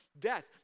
death